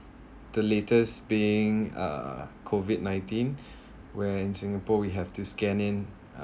the latter's being uh COVID nineteen where singapore we have to scanning uh